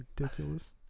Ridiculous